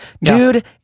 dude